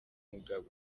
mugabo